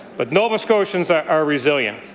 but nova scotians are are resilient.